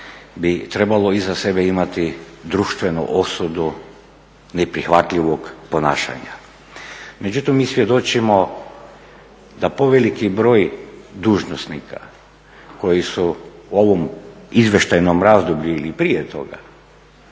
bi trebalo iza sebe imati društvenu osudu neprihvatljivog ponašanja. Međutim, mi svjedočimo da poveliki broj dužnosnika koji su u ovom izvještajnom razdoblju ili prije toga